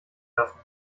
lassen